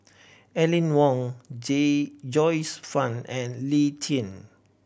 Aline Wong J Joyce Fan and Lee Tjin